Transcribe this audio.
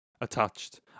attached